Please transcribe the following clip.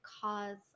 cause